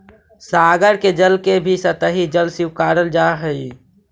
सागर के जल के भी सतही जल स्वीकारल जा हई